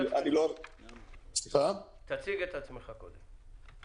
תציג את עצמך קודם.